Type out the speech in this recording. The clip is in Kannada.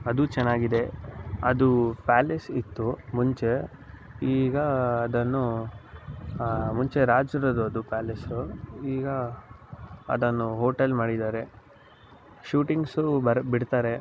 ಅದೂ ಚೆನ್ನಾಗಿದೆ ಅದು ಪ್ಯಾಲೇಸ್ ಇತ್ತು ಮುಂಚೆ ಈಗ ಅದನ್ನು ಮುಂಚೆ ರಾಜ್ರದ್ದು ಅದು ಪ್ಯಾಲೇಸ್ಸು ಈಗ ಅದನ್ನು ಹೋಟೆಲ್ ಮಾಡಿದ್ದಾರೆ ಶೂಟಿಂಗ್ಸೂ ಬರೋಕೆ ಬಿಡ್ತಾರೆ